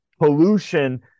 pollution